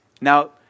Now